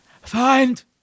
find